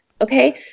Okay